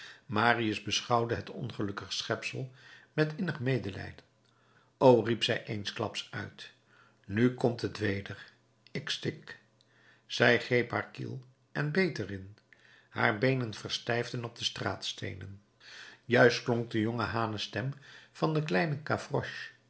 marius beschouwde het ongelukkig schepsel met innig medelijden o riep zij eensklaps uit nu komt het weder ik stik zij greep haar kiel en beet er in haar beenen verstijfden op de straatsteenen juist klonk de jonge hanenstem van den kleinen